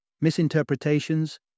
Misinterpretations